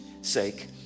sake